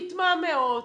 מתמהמהות,